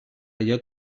allò